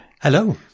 Hello